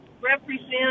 represent